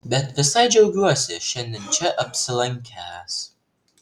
bet visai džiaugiuosi šiandien čia apsilankęs